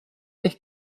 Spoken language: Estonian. ehk